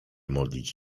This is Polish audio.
modlić